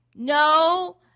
No